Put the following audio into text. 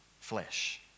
flesh